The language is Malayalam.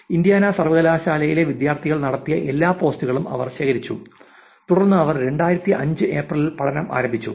ഇൻഡ്യാന സർവകലാശാലയിലെ വിദ്യാർത്ഥികൾ നടത്തിയ എല്ലാ പോസ്റ്റുകളും അവർ ശേഖരിച്ചു തുടർന്ന് അവർ 2005 ഏപ്രിലിൽ പഠനം ആരംഭിച്ചു